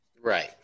Right